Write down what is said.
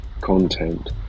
content